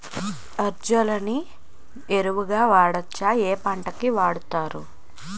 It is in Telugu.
అజొల్లా ని ఎరువు గా వాడొచ్చా? ఏ పంటలకు వాడతారు?